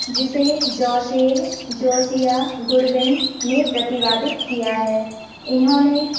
जिसे जॉशेव Josiah Goodwin ने प्रतिवादित किया है इन्होंने